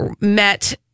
met